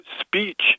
speech